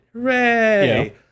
Hooray